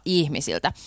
ihmisiltä